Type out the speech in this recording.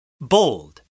Bold